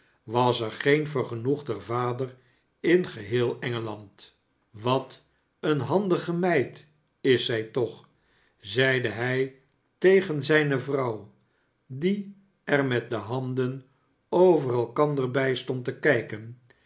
was er geen vergenoegder vader in geheel engeland wat eene handige meid is zij toch zeide hij tegen zijne vrouw die er met de handen over elkander bij stond te kijken